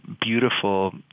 beautiful